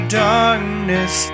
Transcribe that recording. darkness